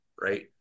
right